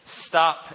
stop